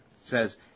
says